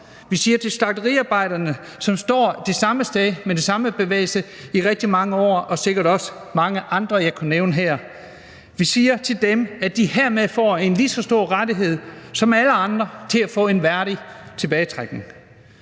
år, og til slagteriarbejderne, som står det samme sted med de samme bevægelser i rigtig mange år, og sikkert også mange andre, jeg kunne nævne her, at de hermed får en lige så stor rettighed som alle andre til at få en værdig tilbagetrækning.